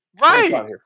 Right